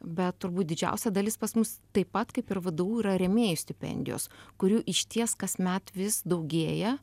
bet turbūt didžiausia dalis pas mus taip pat kaip ir vdu yra rėmėjų stipendijos kurių išties kasmet vis daugėja